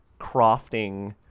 crafting